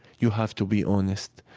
you have to be honest.